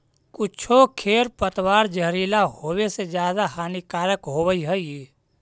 कुछो खेर पतवार जहरीला होवे से ज्यादा हानिकारक होवऽ हई